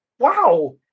Wow